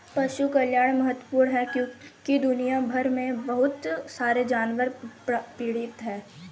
पशु कल्याण महत्वपूर्ण है क्योंकि दुनिया भर में बहुत सारे जानवर पीड़ित हैं